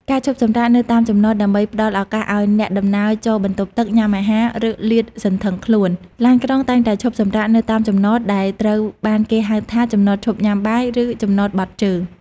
ការឈប់សម្រាកនៅតាមចំណត ដើម្បីផ្តល់ឱកាសឱ្យអ្នកដំណើរចូលបន្ទប់ទឹក ញ៉ាំអាហារ ឬលាតសន្ធឹងខ្លួន ឡានក្រុងតែងតែឈប់សម្រាកនៅតាមចំណត ដែលត្រូវបានគេហៅថា ចំណតឈប់ញ៉ាំបាយ ឬ ចំណតបត់ជើង។